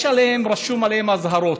רשומות עליהם אזהרות.